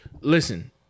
listen